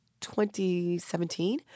2017